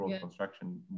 construction